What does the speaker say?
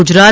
Gujarat